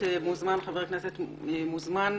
גברתי היושבת-ראש והנוכחים הנכבדים,